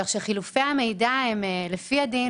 כך שחילופי המידע הם לפי הדין,